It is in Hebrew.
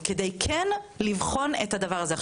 כדי כן לבחון את הדבר הזה.